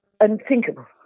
unthinkable